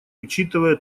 учитывая